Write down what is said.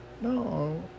No